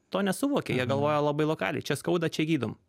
to nesuvokia jie galvoja labai lokaliai čia skauda čia gydom